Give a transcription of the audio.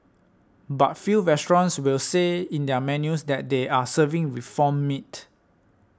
but few restaurants will say in their menus that they are serving reformed meat